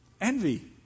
Envy